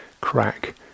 crack